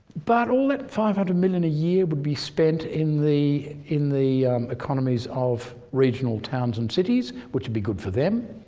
but all that five hundred million a year would be spent in the in the economies of regional towns and cities, which would be good for them.